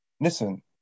listen